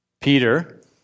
Peter